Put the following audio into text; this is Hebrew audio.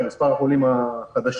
מספר החולים החדשים.